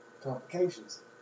Complications